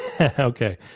Okay